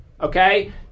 Okay